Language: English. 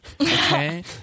okay